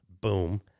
boom